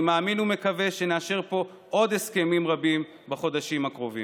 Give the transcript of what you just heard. אני מאמין ומקווה שנאשר פה עוד הסכמים רבים בחודשים הקרובים.